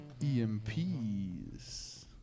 EMPs